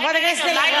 חברת הכנסת אלהרר,